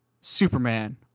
Superman